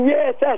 Yes